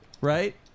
right